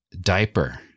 diaper